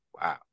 Wow